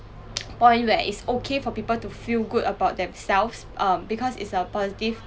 point like it's okay for people feel good about themselves um because it's a positive